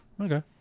Okay